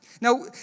Now